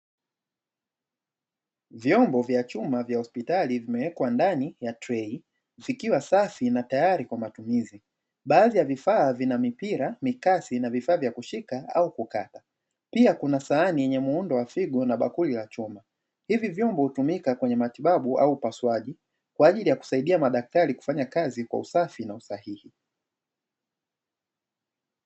Vyombo vya chuma vya hospitali vimewekwa ndani ya trei vikiwa safi na tayari kwa matumizi. Baadhi ya vifaa vina mipira, mikasi na vifaa vya kushika au kukata. Pia kuna sahani yenye umbo la figo na bakuli la chuma. Hivi vyombo hutumika kwenye matibabu au pasuaji, kwa ajili ya kusaidia madaktari kufanya kazi kwa usafi na usahihi.